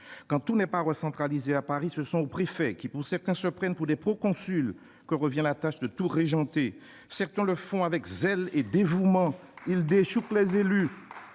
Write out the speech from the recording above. Quand tout n'est pas recentralisé à Paris, ce sont aux préfets, qui, pour certains, se prennent pour des proconsuls, que revient la tâche de tout régenter. Certains le font même avec zèle et dévouement. Ils « déchoukent » les élus.